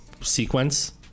sequence